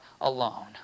alone